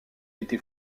été